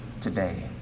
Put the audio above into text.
today